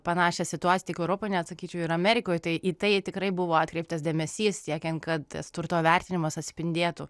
panašią situaciją tik europoj net sakyčiau ir amerikoj tai į tai tikrai buvo atkreiptas dėmesys siekiant kad turto vertinimas atspindėtų